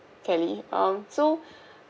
kelly um so